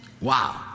Wow